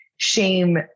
shame